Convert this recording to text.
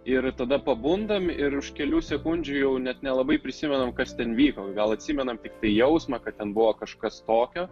ir tada pabundam ir už kelių sekundžių jau net nelabai prisimenam kas ten vyko gal atsimenam tiktai jausmą kad ten buvo kažkas tokio